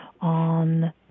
on